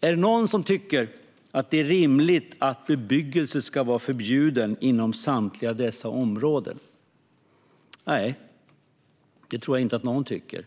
Är det någon som tycker att det är rimligt att bebyggelse ska vara förbjuden inom samtliga dessa områden? Nej, det tror jag inte att någon tycker.